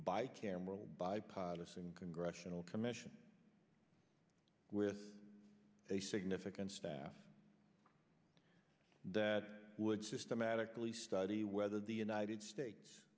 bi cameral bipartisan congressional commission with a significant staff that would systematically study whether the united states